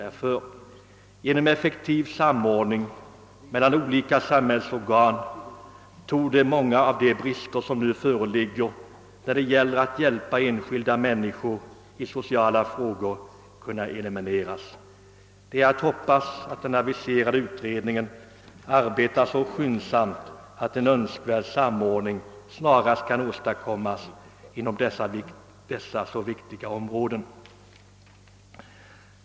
Genom en effektiv samordning mellan olika samhällsorgan torde många av de nuvarande bristerna när det gäller möjligheterna att hjälpa enskilda människor i sociala frågor kunna elimineras. Det är att hoppas att den aviserade utredningen kommer att arbeta så skyndsamt, att en önskvärd samordning snarast kan åstadkommas på dessa viktiga områden.